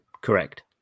correct